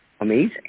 amazing